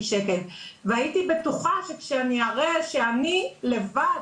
שקל והייתי בטוחה שכשאני אראה שאני לבד,